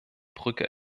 brücke